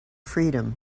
freedom